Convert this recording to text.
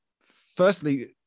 Firstly